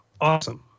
awesome